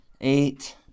eight